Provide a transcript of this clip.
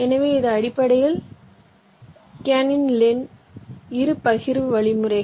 எனவே இது அடிப்படையில் கெர்னிகன் லின் இன் இரு பகிர்வு வழிமுறை